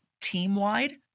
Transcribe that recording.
team-wide